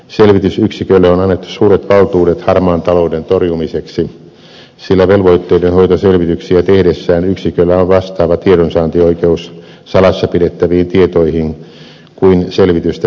selvitysyksikölle on annettu suuret valtuudet harmaan talouden torjumiseksi sillä velvoitteidenhoitoselvityksiä tehdessään yksiköllä on vastaava tiedonsaantioikeus salassa pidettäviin tietoihin kuin selvitystä pyytävällä viranomaisella